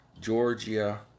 Georgia